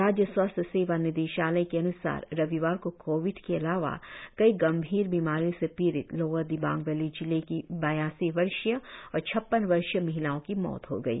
राज्य स्वास्थ्य सेवा निदेशालय के अनुसार रविवार को कोविड के अलावा कई गंभीर बीमारियों से पीड़ित लोअर दिबांग वैली जिले की बयासी वर्षीय और छप्पन वर्षीय महिलाओं की मौत हो गई